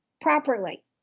properly